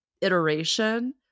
iteration